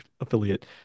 affiliate